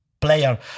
Player